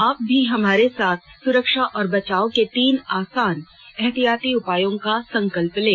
आप भी हमारे साथ सुरक्षा और बचाव के तीन आसान एहतियाती उपायों का संकल्प लें